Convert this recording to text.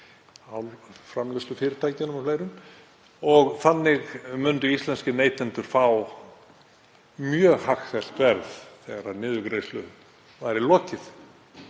álframleiðslufyrirtækjunum og fleirum, og þannig myndu íslenskir neytendur fá mjög hagfellt verð þegar niðurgreiðslu væri lokið.